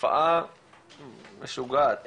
תופעה משוגעת.